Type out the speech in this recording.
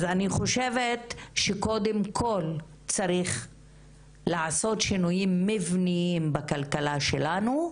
אני חושבת שקודם כול צריך לעשות שינויים מבניים בכלכלה שלנו,